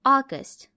August